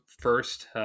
first